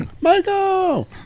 Michael